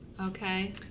Okay